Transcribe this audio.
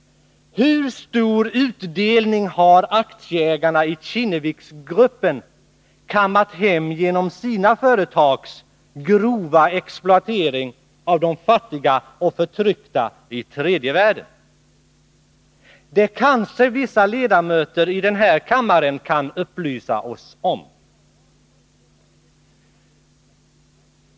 Hur stor utdelning har aktieägarna i Kinnevikgruppen kammat hem genom sina företags grova exploatering av de fattiga och förtryckta i tredje världen? Det kan kanske vissa ledamöter i den här kammaren upplysa oss om.